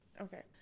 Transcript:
Okay